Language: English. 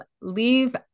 leave